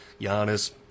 Giannis